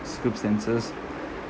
circumstances